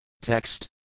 Text